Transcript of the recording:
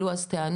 עלו אז טענות,